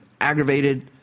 aggravated